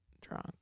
drunk